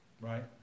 Right